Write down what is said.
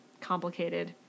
Complicated